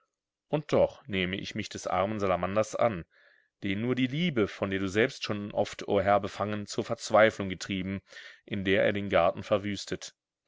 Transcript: und doch nehme ich mich des armen salamanders an den nur die liebe von der du selbst schon oft o herr befangen zur verzweiflung getrieben in der er den garten verwüstet